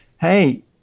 hey